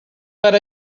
per